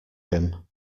him